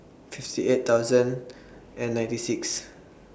fifty eight thousand and ninety six